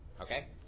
Okay